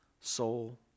soul